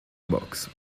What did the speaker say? box